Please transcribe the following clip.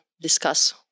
discuss